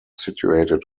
situated